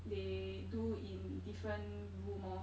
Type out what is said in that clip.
they do in different room orh